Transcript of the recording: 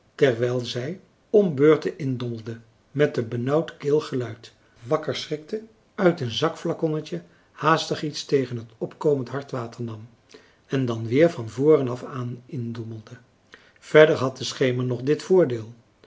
terwijl zij om beurten indommelde met een benauwd keelgeluid wakker schrikte uit een zakflaconnetje haastig iets tegen het opkomend hartwater nam en dan weer van voren af aan indommelde verder had de schemer nog dit voordeel